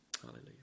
Hallelujah